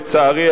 לצערי,